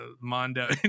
Mondo